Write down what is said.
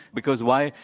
because why?